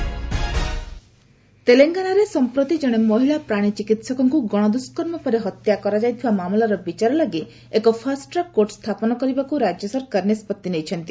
Telangana fast track court ତେଲଙ୍ଗାନାରେ ସଂପ୍ରତି ଜଣେ ମହିଳା ପ୍ରାଣୀ ଚିକିହକଙ୍କୁ ଗଣଦୁଷ୍କର୍ମ ପରେ ହତ୍ୟା କରାଯାଇଥିବା ମାମଲାର ବିଚାର ଲାଗି ଏକ ଫାଷ୍ଟ୍ରାକ୍ କୋର୍ଟ ସ୍ଥାପନ କରିବାକୁ ରାଜ୍ୟ ସରକାର ନିଷ୍ପଭି ନେଇଛନ୍ତି